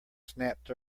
snapped